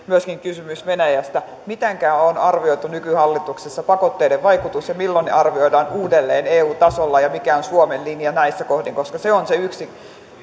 myöskin kysymys venäjästä mitenkä on arvioitu nykyhallituksessa pakotteiden vaikutus ja milloin ne arvioidaan uudelleen eu tasolla ja mikä on suomen linja näissä kohdin koska se on se yksi